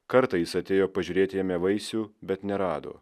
kartą jis atėjo pažiūrėti jame vaisių bet nerado